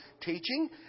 teaching